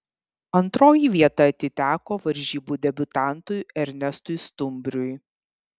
antroji vieta atiteko varžybų debiutantui ernestui stumbriui